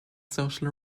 social